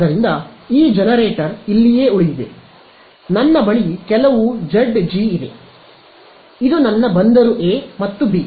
ಆದ್ದರಿಂದ ಈ ಜನರೇಟರ್ ಇಲ್ಲಿಯೇ ಉಳಿದಿದೆ ನನ್ನ ಬಳಿ ಕೆಲವು Zg ಇದೆ ಇದು ನನ್ನ ಬಂದರು a ಮತ್ತು b